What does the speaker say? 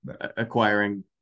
acquiring